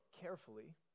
carefully